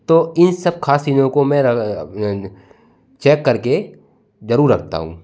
तो इन सब खास चीजों को चेक करके जरूर रखता हूँ